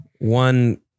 one